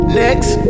next